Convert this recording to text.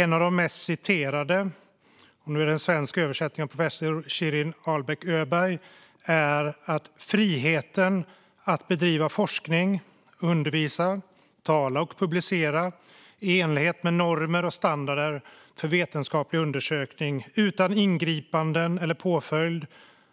En av de mest citerade definitionerna är, i svensk översättning av professor Shirin Ahlbäck Öberg: friheten att bedriva forskning, undervisa, tala och publicera i enlighet med normer och standarder för vetenskaplig undersökning, utan ingripanden eller påföljd,